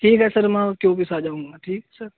ٹھیک ہے سر میں آپ کے آفس آ جاؤں گا ٹھیک سر